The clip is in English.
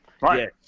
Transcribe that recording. Right